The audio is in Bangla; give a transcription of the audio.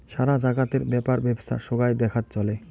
সারা জাগাতের ব্যাপার বেপছা সোগায় দেখাত চলে